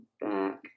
back